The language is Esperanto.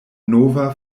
nova